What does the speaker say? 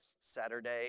Saturday